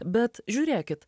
bet žiūrėkit